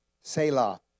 Selah